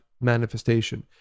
manifestation